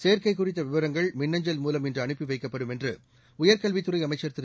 சேர்க்கை குறித்த விவரங்கள் மின்னஞ்சல் மூலம் இன்று அனுப்பி வைக்கப்படும் என்று உயர்கல்வித் துறை அமைச்சர் திரு